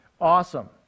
awesome